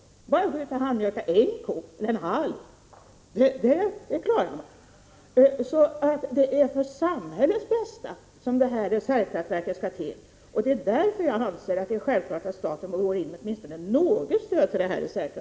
Det är bara att gå ut och handmjölka en ko eller kanske en halv. Det är för samhällets bästa som reservkraftverket skall till. Det är därför jag anser att det är självklart att staten går in med åtminstone något stöd till dessa.